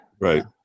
Right